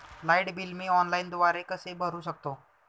Light bill मी ऑनलाईनद्वारे कसे भरु शकतो?